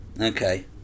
Okay